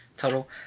total